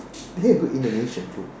they had good Indonesian food